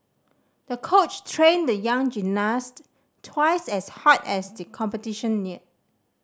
the coach trained the young gymnast twice as hard as the competition neared